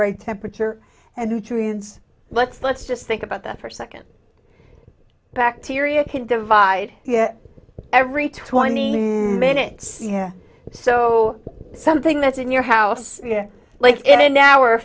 right temperature and nutrients let's let's just think about that for a second bacteria can divide yet every twenty minutes so something that's in your house like in an hour